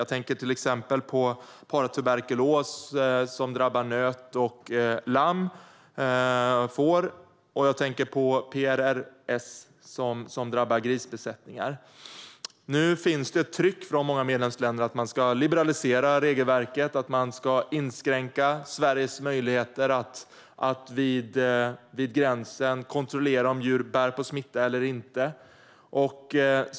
Jag tänker till exempel på paratuberkulos som drabbar nöt och får och på PRRS som drabbar grisbesättningar. Nu finns det ett tryck från många medlemsländer när det gäller att man ska liberalisera regelverket och inskränka Sveriges möjligheter att vid gränsen kontrollera om djur bär på smitta eller inte.